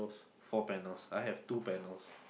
four panels I have two panels